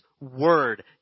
word